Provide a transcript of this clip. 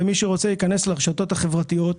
ומי שרוצה להיכנס לרשתות החברתיות,